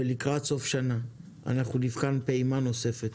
ולקראת סוף שנה אנחנו נבחן פעימה נוספת.